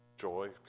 joy